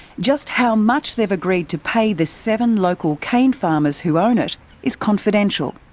just how much they've agreed to pay the seven local cane farmers who own it is confidential.